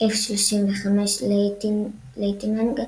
F-35 לייטנינג II,